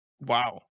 Wow